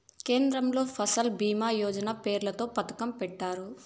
కేంద్రంలో ఫసల్ భీమా యోజన పేరుతో పథకం పెట్టారు